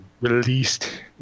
released